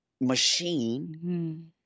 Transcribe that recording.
machine